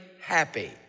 happy